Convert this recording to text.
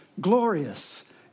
glorious